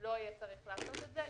לא יהיה צריך לעשות את זה.